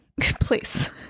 please